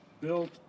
built